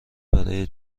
برای